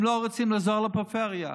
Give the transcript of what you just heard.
הם לא רוצים לעזור לפריפריה.